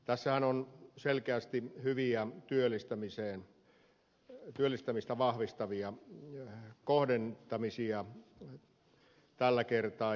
tässähän on selkeästi hyviä työllistämistä vahvistavia kohdentamisia tällä kertaa